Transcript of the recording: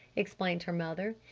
explained her mother.